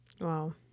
wow